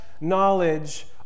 knowledge